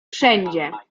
wszędzie